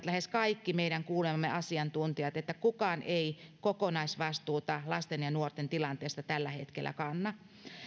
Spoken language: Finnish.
lähes kaikki meidän kuulemamme asiantuntijat että kukaan ei kokonaisvastuuta lasten ja nuorten tilanteesta tällä hetkellä kanna